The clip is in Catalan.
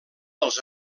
dels